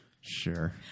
sure